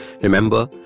Remember